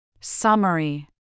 Summary